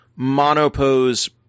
monopose